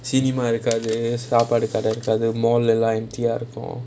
cinema regardless சாப்பாடு கடை இருக்காது:saapaadu kadai irukaathu mall எல்லாம்:ellaam empty ah இருக்கும்:irukkum